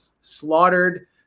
slaughtered